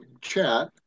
chat